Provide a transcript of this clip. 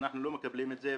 אבל אנחנו לא מקבלים את זה.